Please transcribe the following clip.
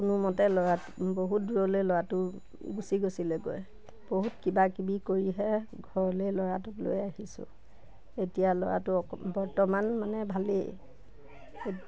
কোনোমতে ল'ৰা বহুত দূৰলৈ ল'ৰাটো গুচি গৈছিলে গৈ বহুত কিবা কিবি কৰিহে ঘৰলৈ ল'ৰাটোক লৈ আহিছোঁ এতিয়া ল'ৰাটো অক বৰ্তমান মানে ভালেই